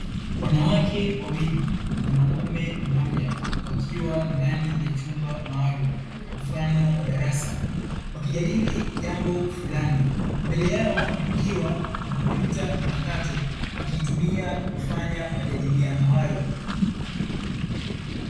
Wanawake wawili na mwanaume mmoja, wakiwa ndani ya chumba maalumu mfano wa darasa. Wakijadili jambo fulani, mbele yao kukiwa na kompyuta mpakato wakiitumia kufanya majadiliano hayo.